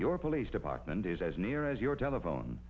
your police department is as near as your telephone